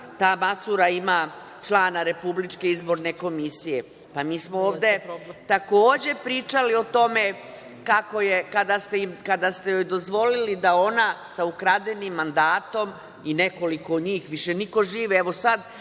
ta Macura ima člana Republičke izborne komisije. Mi smo ovde takođe pričali o tome kada ste joj dozvolili da ona sa ukradenim mandatom i nekoliko njih, više niko živ…Sad